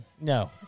No